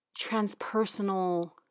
transpersonal